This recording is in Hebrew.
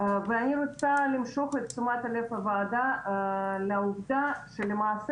ואני רוצה להסב את תשומת לב הוועדה לעובדה שלמעשה